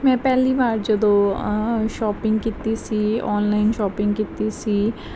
ਮੈਂ ਪਹਿਲੀ ਵਾਰ ਜਦੋਂ ਸ਼ੋਪਿੰਗ ਕੀਤੀ ਸੀ ਔਨਲਾਈਨ ਸ਼ੋਪਿੰਗ ਕੀਤੀ ਸੀ